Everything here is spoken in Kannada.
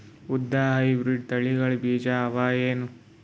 ಉದ್ದ ಹೈಬ್ರಿಡ್ ತಳಿಗಳ ಬೀಜ ಅವ ಏನು?